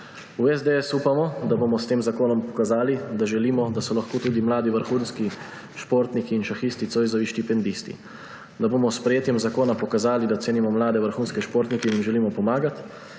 V SDS upamo, da bomo s tem zakonom pokazali, da želimo, da so lahko tudi mladi vrhunski športniki in šahisti Zoisovi štipendisti, da bomo s sprejetjem zakona pokazali, da cenimo mlade vrhunske športnike in jim želimo pomagati,